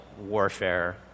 warfare